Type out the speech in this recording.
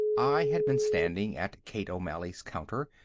i had been standing at kate o'malley's counter,